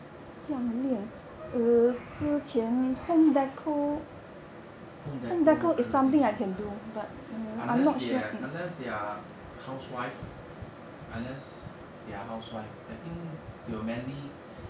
home decor I don't think so leh unless they have unless they're housewife unless they're housewife I think they will mainly